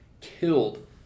killed